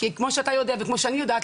כי כמו שאתה יודע וכמו שאני יודעת,